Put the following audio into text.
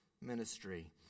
ministry